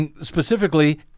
specifically